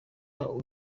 n’uyu